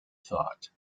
thought